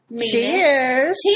Cheers